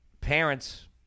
parents